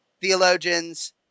theologians